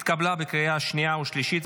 התקבלה בקריאה השנייה והשלישית,